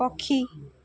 ପକ୍ଷୀ